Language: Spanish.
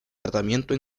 tratamiento